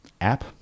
app